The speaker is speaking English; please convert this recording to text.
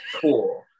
Cool